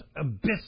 abyss